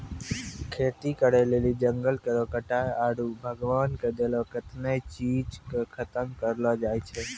खेती करै लेली जंगल केरो कटाय आरू भगवान के देलो कत्तै ने चीज के खतम करलो जाय छै